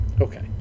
okay